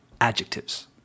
adjectives